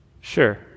sure